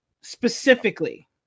specifically